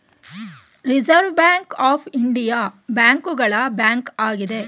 reserve Bank of India ಬ್ಯಾಂಕುಗಳ bank ಆಗಿದೆ